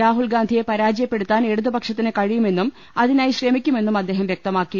രാഹുൽഗാന്ധിയെ പരാജയപ്പെടുത്താൻ ഇടതുപക്ഷത്തിന് കഴിയു മെന്നും അതിനായി ശ്രമിക്കുമെന്നും അദ്ദേഹം വ്യക്തമാക്കി